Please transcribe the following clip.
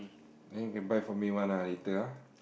then you can buy for me one ah later ah